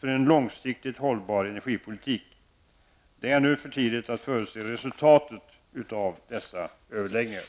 för en långsiktigt hållbar energipolitik. Det är ännu för tidigt att förutse resultatet av dessa överläggningar.